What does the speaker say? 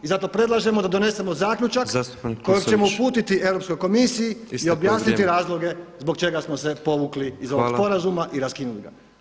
I zato predlažemo da donesemo zaključak kojeg ćemo uputiti Europskoj komisiji i objasniti razloge zbog čega smo se povukli iz ovog sporazuma i raskinuli ga.